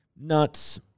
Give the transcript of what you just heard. nuts